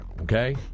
okay